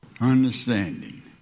understanding